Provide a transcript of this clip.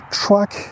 track